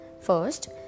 First